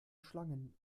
schlangen